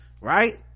Right